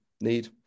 need